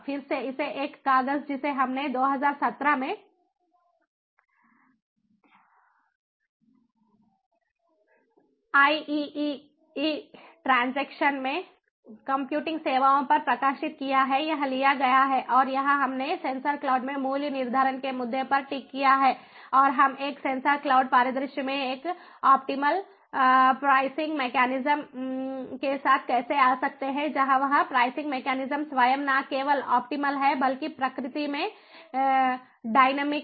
फिर से इसे एक कागज जिसे हमने 2017 में आईईई ट्रांजेक्शन में कंप्यूटिंग सेवाओं पर प्रकाशित किया है यह लिया गया है और यहां हमने सेंसर क्लाउड में मूल्य निर्धारण के मुद्दे पर टिक किया है और हम एक सेंसर क्लाउड परिदृश्य में एक ऑप्टिमल प्राइसिंग मेकैनिज्म के साथ कैसे आ सकते हैं जहां वह प्राइसिंग मेकैनिज्म स्वयं न केवल ऑप्टिमल है बल्कि प्रकृति में डाइनैमिक है